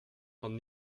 von